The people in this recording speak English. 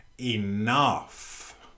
enough